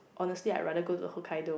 honestly I rather go to hokkaido